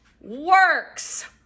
works